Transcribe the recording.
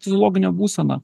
fiziologinė būsena